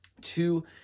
two